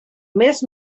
més